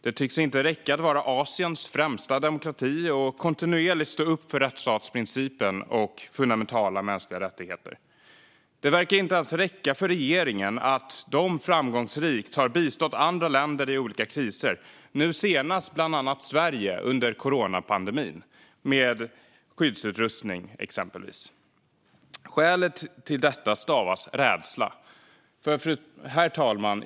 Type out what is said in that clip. Det tycks inte räcka att vara Asiens främsta demokrati och kontinuerligt stå upp för rättsstatsprincipen och fundamentala mänskliga rättigheter. Det verkar inte ens räcka för regeringen att Taiwan framgångsrikt har bistått andra länder i olika kriser - nu senast bland annat Sverige med skyddsutrustning under coronapandemin. Skälet till detta stavas rädsla. Herr talman!